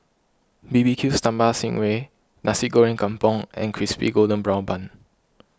B B Q Sambal Sting Ray Nasi Goreng Kampung and Crispy Golden Brown Bun